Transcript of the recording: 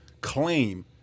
claim